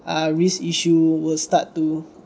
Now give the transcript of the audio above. ah risk issue will start to